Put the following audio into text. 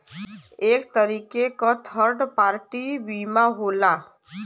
एक तरीके क थर्ड पार्टी बीमा होला